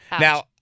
Now